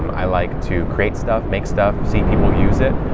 um i like to create stuff, make stuff, see people use it.